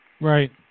Right